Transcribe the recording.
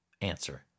answer